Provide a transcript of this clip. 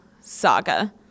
saga